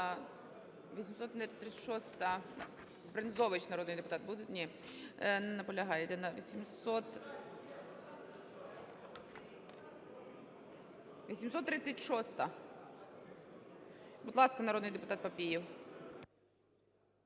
Будь ласка, народний депутат Папієв.